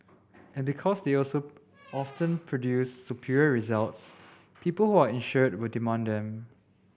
and because they also often produce superior results people who are insured will demand them